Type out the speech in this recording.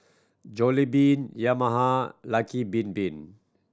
Jollibean Yamaha Lucky Bin Bin